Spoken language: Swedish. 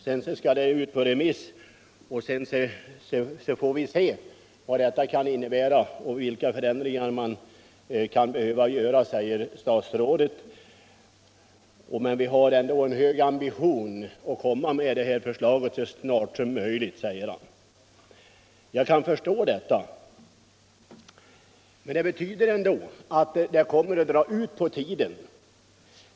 Sedan skall det ut på remiss, och därefter får vi se vilka förändringar som kan behöva göras, säger statsrådet. Han tillägger att ”vi har ändå en hög ambition att lägga fram förslaget så snart som möjligt”. Jag kan förstå det, men vad statsrådet nu har sagt innebär ändå att det kommer att dra ut på tiden.